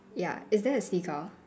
ya is that a seagull